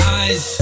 eyes